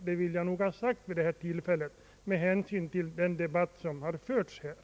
Detta vill jag ha sagt med hänsyn till den debatt som här har förts.